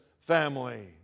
family